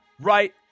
right